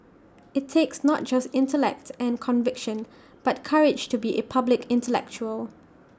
IT takes not just intellect and conviction but courage to be A public intellectual